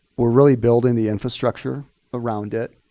we're really building the infrastructure around it.